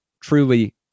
truly